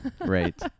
Right